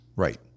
Right